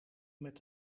met